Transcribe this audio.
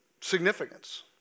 significance